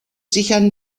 sichern